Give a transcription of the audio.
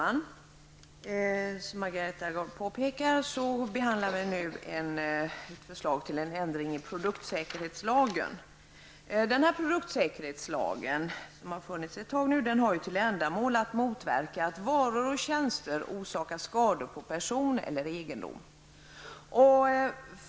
Fru talman! Vi behandlar nu, som Margareta Gard påpekar, ett förslag till ändring i produktsäkerhetslagen. Produktsäkerhetslagen, som nu funnits ett tag, har till ändamål att motverka att varor och tjänster orsakar skador på person eller egendom.